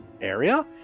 area